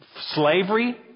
Slavery